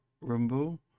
Rumble